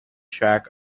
tract